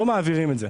לא מעבירים את זה.